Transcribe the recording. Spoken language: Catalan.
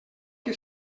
que